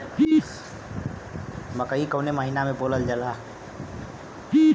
मकई कवने महीना में बोवल जाला?